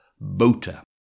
Boater